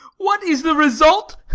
what is the result?